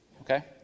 okay